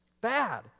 bad